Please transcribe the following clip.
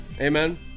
amen